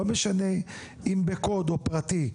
לא משנה אם בקוד אם פרטי,